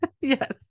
yes